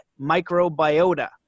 microbiota